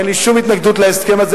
אין לי שום התנגדות להסכם הזה,